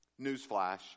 Newsflash